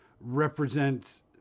represent